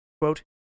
quote